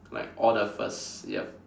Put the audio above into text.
like all the first yup